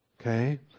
Okay